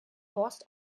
forst